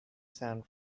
sound